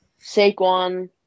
Saquon